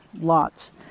Lots